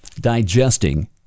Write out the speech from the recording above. digesting